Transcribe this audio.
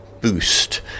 Boost